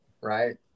right